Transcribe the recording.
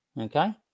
okay